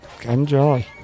enjoy